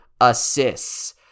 assists